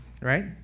right